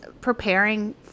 preparing